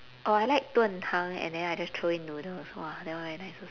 oh I like 炖汤 and then I just throw in noodles !wah! that one very nice also